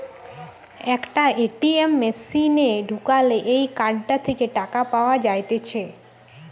একটা এ.টি.এম মেশিনে ঢুকালে এই কার্ডটা থেকে টাকা পাওয়া যাইতেছে